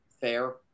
fair